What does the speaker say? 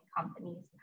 companies